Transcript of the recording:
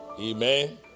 Amen